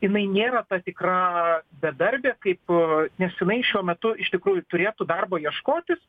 jinai nėra ta tikra bedarbė kaip nes jinai šiuo metu iš tikrųjų turėtų darbo ieškotis